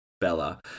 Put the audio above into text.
Bella